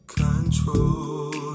control